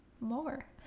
more